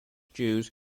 jews